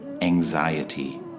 anxiety